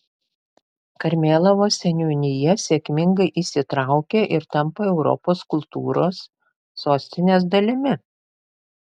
karmėlavos seniūnija sėkmingai įsitraukia ir tampa europos kultūros sostinės dalimi